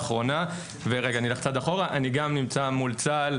אני גם נמצא בקשר מול צה"ל,